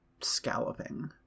scalloping